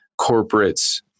corporates